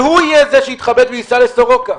כשהוא יהיה זה שיתכבד וייסע לסורוקה,